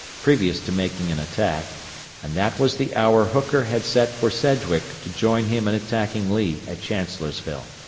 previous to making an attack and that was the hour hooker had set for sedgwick to join him in attacking lee at chancellorsville.